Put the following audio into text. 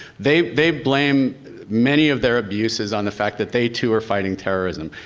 they they blame many of their abuses on the fact that they too are fighting terrorism.